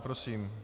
Prosím.